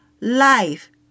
life